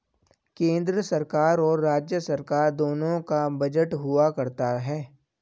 केन्द्र सरकार और राज्य सरकार दोनों का बजट हुआ करता है